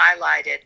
highlighted